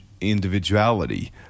individuality